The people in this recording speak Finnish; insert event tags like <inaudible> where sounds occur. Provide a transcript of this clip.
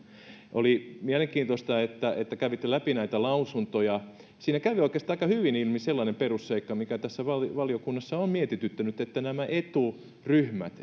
oli mielenkiintoista että että kävitte läpi näitä lausuntoja siinä kävi oikeastaan aika hyvin ilmi sellainen perusseikka mikä valiokunnassa on mietityttänyt että nämä eturyhmät <unintelligible>